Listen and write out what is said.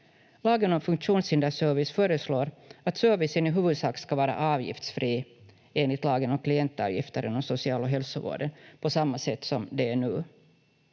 Lagen om funktionshinderservice föreslår att servicen i huvudsak ska vara avgiftsfri enligt lagen om klientavgifter inom social- och hälsovården, på samma sätt som det